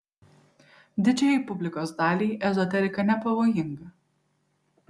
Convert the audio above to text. didžiajai publikos daliai ezoterika nepavojinga